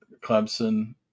Clemson